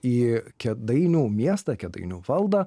į kėdainių miestą kėdainių valdą